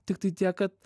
tiktai tiek kad